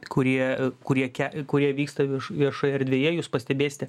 kurie e kurie ke kurie vyksta vieš viešoje erdvėje jūs pastebėsite